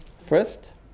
first